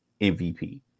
MVP